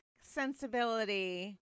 sensibility